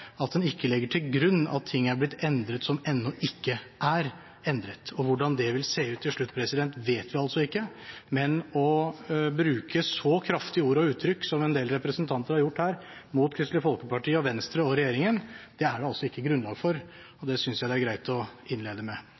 ha den ryddighet i seg at en ikke legger til grunn at ting er blitt endret som ennå ikke er endret. Hvordan det vil se ut til slutt, vet vi ikke, men å bruke så kraftige ord og uttrykk som en del representanter har gjort her mot Kristelig Folkeparti, Venstre og regjeringen, er det altså ikke grunnlag for, og det synes jeg det er greit å innlede med.